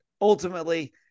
ultimately